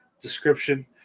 description